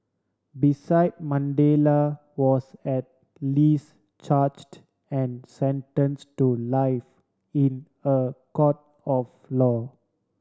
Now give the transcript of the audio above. beside Mandela was at least charged and sentence to life in a court of law